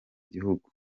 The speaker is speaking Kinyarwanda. gihugu